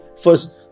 First